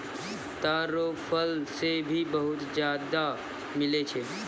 ताड़ रो फल से भी बहुत ज्यादा मिलै छै